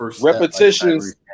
Repetitions